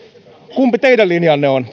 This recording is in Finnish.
kumpi teidän linjanne on